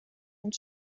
und